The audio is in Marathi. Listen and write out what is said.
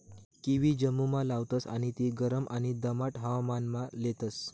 किवी जम्मुमा लावतास आणि ती गरम आणि दमाट हवामानमा लेतस